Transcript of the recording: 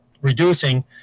reducing